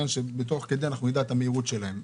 שתוך כדי הנסיעה נדע את המהירות של המכוניות.